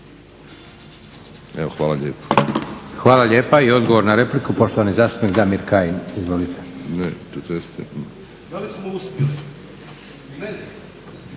Hvala lijepa. I odgovor na repliku poštovani zastupnik Damir Kajin.